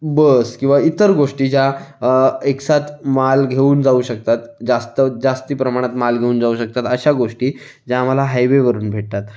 बस किंवा इतर गोष्टी ज्या एकसाथ माल घेऊन जाऊ शकतात जास्त जास्ती प्रमाणात माल घेऊन जाऊ शकतात अशा गोष्टी ज्या आम्हाला हायवेवरून भेटतात